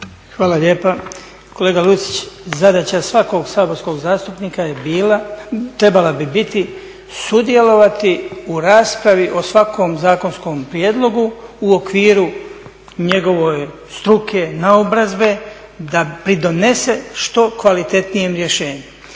Hvala lijepa. Kolega Lucić, zadaća svakog saborskog zastupnika trebala bi biti sudjelovati u raspravi o svakom zakonskom prijedlogu u okviru njegove struke, naobrazbe da pridonese što kvalitetnijem rješenju.